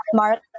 mark